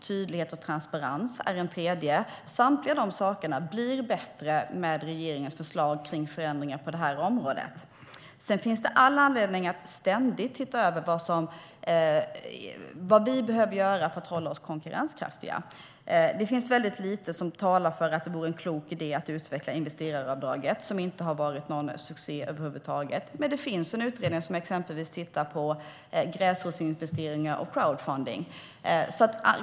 Tydlighet och transparens är en tredje. Samtliga de sakerna blir bättre med regeringens förslag till förändringar på det här området. Sedan finns det all anledning att ständigt titta över vad vi behöver göra för att hålla oss konkurrenskraftiga. Det finns väldigt lite som talar för att det vore en klok idé att utveckla investeraravdraget, som inte har varit någon succé över huvud taget. Men det finns en utredning som exempelvis tittar på gräsrotsinvesteringar och crowdfunding.